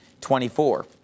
24